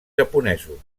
japonesos